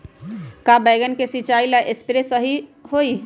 का बैगन के सिचाई ला सप्रे सही होई?